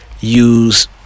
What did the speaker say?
Use